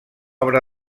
obra